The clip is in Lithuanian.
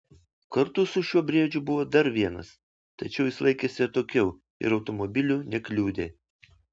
kartu su šiuo briedžiu buvo dar vienas tačiau jis laikėsi atokiau ir automobilių nekliudė